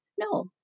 No